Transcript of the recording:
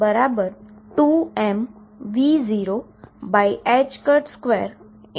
તેથી X2L222mV02 2mE22mV02L22 થશે